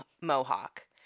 mohawk